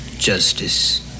Justice